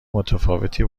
متفاوتی